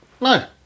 No